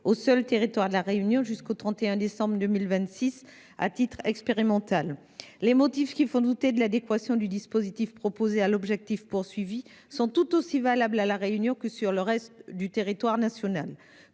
une période courant jusqu'au 31 décembre 2026, à titre expérimental. Toutefois, les motifs qui font douter de l'adéquation du dispositif proposé à l'objectif de ses auteurs sont tout aussi valables à La Réunion que sur le reste du territoire national.